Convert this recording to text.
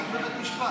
התיק בבית משפט.